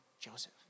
Joseph